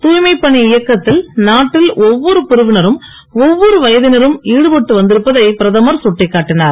தூய்மைப் பணி இயக்கத்தில் நாட்டில் ஒவ்வொரு பிரிவினரும் ஒவ்வொரு வயதினரும் ஈடுபட்டு வந்திருப்பதை பிரதமர் கட்டிக் காட்டினுர்